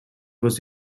was